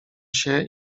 się